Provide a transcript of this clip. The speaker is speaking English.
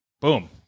boom